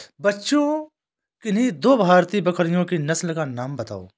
बच्चों किन्ही दो भारतीय बकरियों की नस्ल का नाम बताओ?